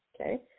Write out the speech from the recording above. okay